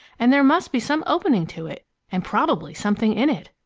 and there must be some opening to it and probably something in it.